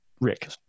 Rick